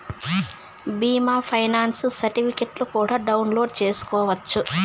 బీమా ఫైనాన్స్ సర్టిఫికెట్లు కూడా డౌన్లోడ్ చేసుకోవచ్చు